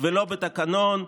ולא בתקנון.